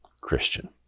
Christian